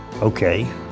okay